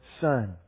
son